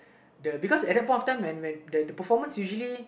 the because at that point of time when when the performance usually